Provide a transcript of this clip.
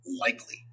likely